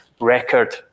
record